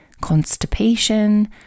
constipation